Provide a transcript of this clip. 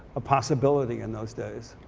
a possibility in those days.